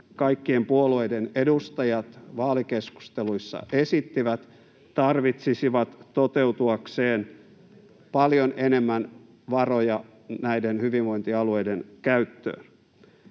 kaikkien puolueiden edustajat vaalikeskusteluissa esittivät, tarvitsisivat toteutuakseen paljon enemmän varoja näiden hyvinvointialueiden käyttöön.